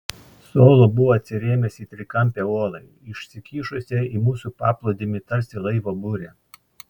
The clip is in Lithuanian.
solo buvo atsirėmęs į trikampę uolą išsikišusią į mūsų paplūdimį tarsi laivo burė